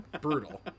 Brutal